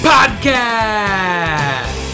Podcast